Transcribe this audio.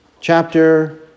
chapter